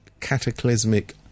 cataclysmic